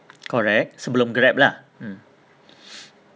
correct sebelum Grab lah mm